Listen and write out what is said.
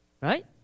Right